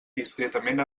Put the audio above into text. discretament